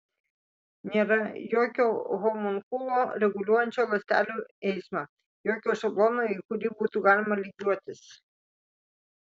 nėra jokio homunkulo reguliuojančio ląstelių eismą jokio šablono į kurį būtų galima lygiuotis